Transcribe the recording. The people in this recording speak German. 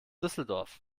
düsseldorf